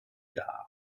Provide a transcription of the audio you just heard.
dar